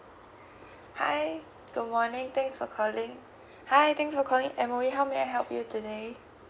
hi good morning thanks for calling hi thanks for calling M_O_E how may I help you today